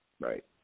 right